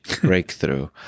breakthrough